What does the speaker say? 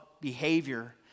behavior